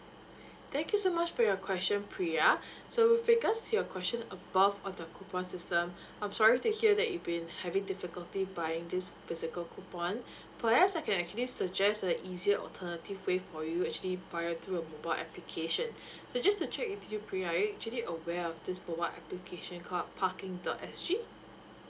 thank you so much for your question pria so with regards to your question above on the coupon system I'm sorry to hear that you've been having difficulty buying these physical coupon perhaps I can actually suggest the easier alternative way for you actually via through our application so just to check with you pria are you actually aware of this mobile application called parking dot S G